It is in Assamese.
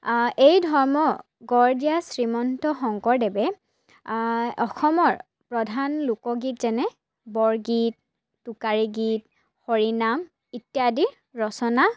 এই ধৰ্ম গঢ় দিয়া শ্ৰীমন্ত শংকৰদেৱে অসমৰ প্ৰধান লোকগীত যেনে বৰগীত টোকাৰীগীত হৰিনাম ইত্যাদি ৰচনা